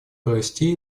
провести